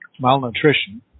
Malnutrition